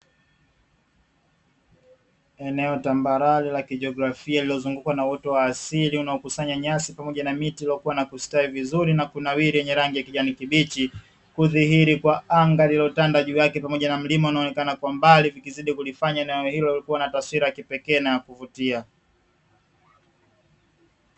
Eneo tambalale la kijiografia lililozungukwa na uoto wa asili lililokusanya nyasi pamoja na miti iliyostawi yenye rangi ya kijani kibichi. Hudhihilisha anga lililotanda juu yake huku Kwa mbali ikilifanay eneo hilo kuwa na taswira ya kipekee na ya kuvutia.